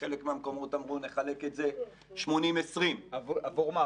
בחלק מהמקומות אמרו, נחלק את זה 80:20. עבור מה?